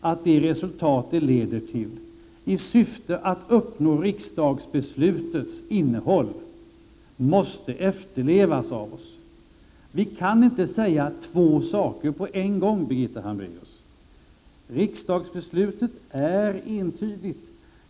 att det resultat dessa förhandlingar leder till måste efterlevas. Vi kan inte säga två saker på en gång — Birgitta Hambraeus. Riksdagsbeslutet är entydigt.